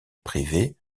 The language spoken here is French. privé